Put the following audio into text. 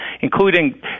including